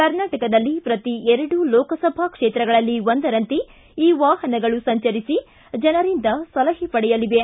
ಕರ್ನಾಟಕದಲ್ಲಿ ಪ್ರತೀ ಎರಡು ಲೋಕಸಭಾ ಕ್ಷೇತ್ರಗಳಲ್ಲಿ ಒಂದರಂತೆ ಈ ವಾಹನಗಳು ಸಂಚರಿಸಿ ಜನರಿಂದ ಸಲಹೆ ಪಡೆಯಲಿವೆ